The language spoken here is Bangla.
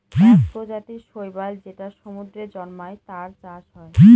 এক প্রজাতির শৈবাল যেটা সমুদ্রে জন্মায়, তার চাষ হয়